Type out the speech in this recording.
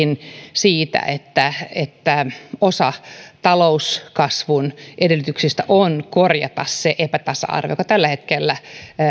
siitä että että osa talouskasvun edellytyksistä on korjata se epätasa arvo joka tällä hetkellä